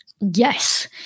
Yes